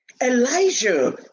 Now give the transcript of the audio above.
Elijah